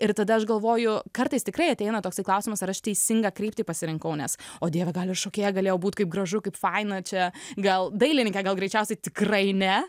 ir tada aš galvoju kartais tikrai ateina toksai klausimas ar aš teisingą kryptį pasirinkau nes o dieve gal ir šokėja galėjau būt kaip gražu kaip faina čia gal dailininke gal greičiausiai tikrai ne